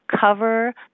cover